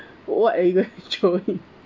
what are you going to throw in